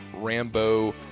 Rambo